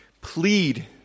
plead